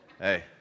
Hey